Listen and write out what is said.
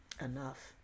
enough